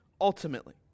ultimately